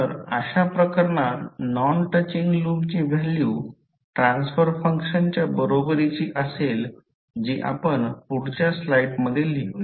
तर अशा प्रकरणात नॉन टचिंग लूपची व्हॅल्यू ट्रान्सफर फंक्शन्सच्या बरोबरीची असेल जी आपण पुढच्या स्लाइडमध्ये लिहुया